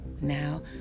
Now